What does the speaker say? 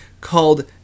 called